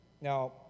Now